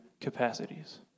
capacities